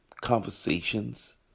conversations